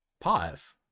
Pause